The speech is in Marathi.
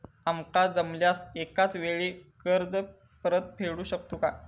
आमका जमल्यास एकाच वेळी कर्ज परत फेडू शकतू काय?